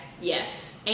Yes